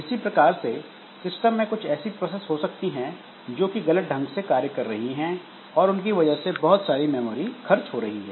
इसी प्रकार से सिस्टम में कुछ ऐसी प्रोसेस हो सकती हैं जो कि गलत ढंग से कार्य कर रही हैं और उनकी वजह से बहुत सारी मेमोरी खर्च हो रही है